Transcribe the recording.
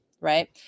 Right